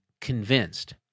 convinced